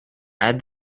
add